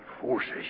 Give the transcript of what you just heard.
forces